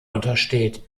untersteht